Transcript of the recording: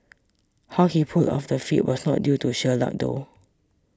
how he pulled off the feat was not due to sheer luck though